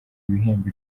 ibihembo